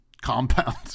Compound